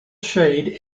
shade